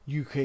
UK